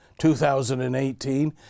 2018